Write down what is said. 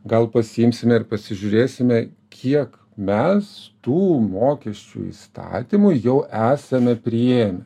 gal pasiimsime ir pasižiūrėsime kiek mes tų mokesčių įstatymui jau esame priėmę